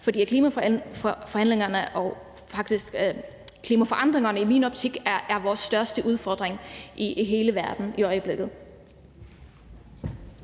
til klimaforhandlingerne. For klimaforandringerne er i min optik den største udfordring i hele verden i øjeblikket.